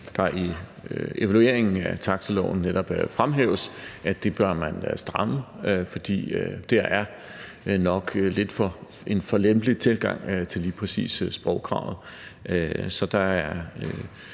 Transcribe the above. netop i evalueringen af taxiloven fremhæves man bør stramme, for der er nok en lidt for lempelig tilgang til lige præcis sprogkravet. Så der er